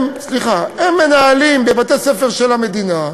הם, סליחה, הם מנהלים בתי-ספר של המדינה,